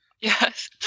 Yes